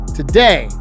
today